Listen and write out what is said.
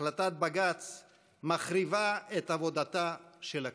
החלטת בג"ץ מחריבה את עבודתה של הכנסת.